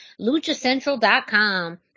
LuchaCentral.com